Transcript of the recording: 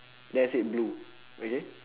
then I said blue okay